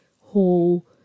whole